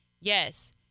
Yes